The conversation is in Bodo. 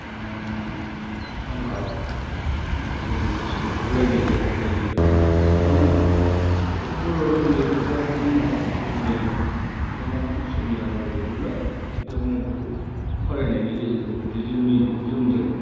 ओम हमगार्ड माने जोंनो सौग्रावलायनाय जेब्ला जायो अब्लाना बेखौ बर' रावआव लिरोब्ला बिथांमोना हयथ' बुजिनायानो नङा ओंखायनो आं असमिया राव लिरोब्ला बिथांमोना बेखौ फरायनायनि गेजेराव हयथ' जोंनि जोंजों